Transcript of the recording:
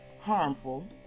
harmful